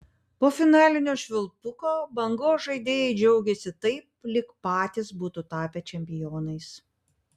po finalinio švilpuko bangos žaidėjai džiaugėsi taip lyg patys būtų tapę čempionais